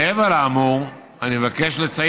מעבר לאמור, יצוין